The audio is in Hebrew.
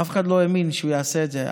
אף אחד לא האמין שהוא יעשה את זה.